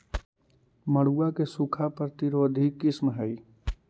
मड़ुआ के सूखा प्रतिरोधी किस्म हई?